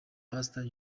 pastor